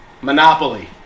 Monopoly